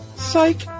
Psych